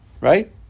right